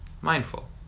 mindful